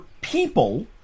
people